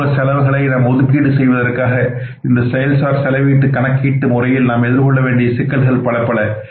மறைமுக செலவுகளை நாம் ஒதுக்கீடு செய்வதற்காக இந்த செயல் சார் செலவிட்டு கணக்கின முறையில் நாம் எதிர்கொள்ள வேண்டிய சிக்கல்கள் பலப்பல